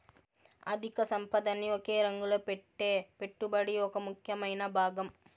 అధిక సంపదని ఒకే రంగంలో పెట్టే పెట్టుబడి ఒక ముఖ్యమైన భాగం